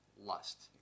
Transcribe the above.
lust